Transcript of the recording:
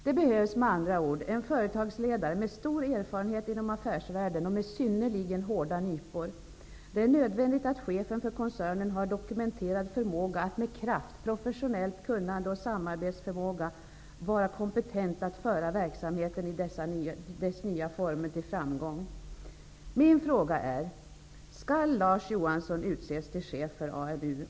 Det behövs med andra ord en företagsledare med stor erfarenhet inom affärsvärlden och med synnerligen hårda nypor. Det är nödvändigt att chefen för koncernen har dokumenterad förmåga att med kraft, med professionellt kunnade och med samarbetsförmåga vara kompetent att föra verksamheten i dess nya former till framgång. Min fråga är: Skall Larz Johansson utses till chef för AMU?